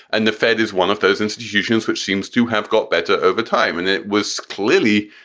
and the fed is one of those institutions which seems to have got better over time. and it was clearly,